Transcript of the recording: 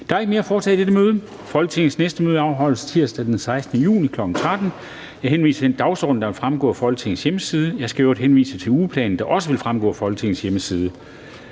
Der er ikke mere at foretage i dette møde. Folketingets næste møde afholdes tirsdag den 16. juni 2020, kl. 13.00. Jeg henviser til den dagsorden, der vil fremgå af Folketingets hjemmeside. Jeg skal i øvrigt henvise til ugeplanen, der også vil fremgå af Folketingets hjemmeside.